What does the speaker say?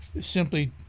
simply